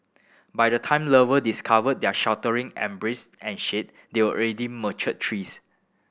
by the time lover discovered their sheltering embrace and shade they already mature trees